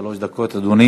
יש לך שלוש דקות, אדוני.